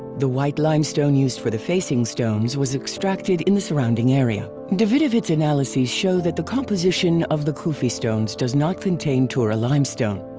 the white limestone used for the facing stones was extracted in the surrounding area. davidovits' analyzes show that the composition of the khufu stones does not contain tura limestone.